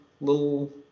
little